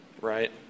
right